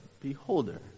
beholder